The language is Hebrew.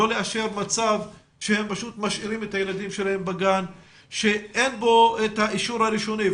לא לאשר מצב שהם פשוט את הילדים שלהם בגן שאין בו את האישור הראשוני.